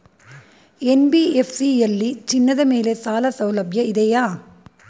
NBFC ಯಲ್ಲಿ ಚಿನ್ನದ ಮೇಲೆ ಸಾಲಸೌಲಭ್ಯ ಇದೆಯಾ?